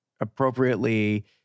appropriately